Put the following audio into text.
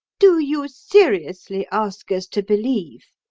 do you seriously ask us to believe,